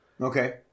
Okay